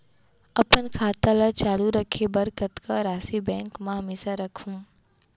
अपन खाता ल चालू रखे बर कतका राशि बैंक म हमेशा राखहूँ?